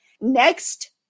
Next